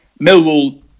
Millwall